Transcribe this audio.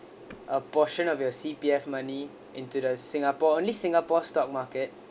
a portion of your C_P_F money into the singapore only singapore stock market